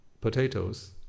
potatoes